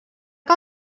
que